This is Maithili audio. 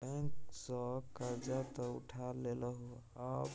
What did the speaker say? बैंक सँ करजा तँ उठा लेलहुँ आब